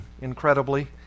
incredibly